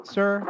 Sir